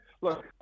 look